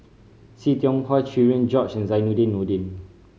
See Tiong Wah Cherian George and Zainudin Nordin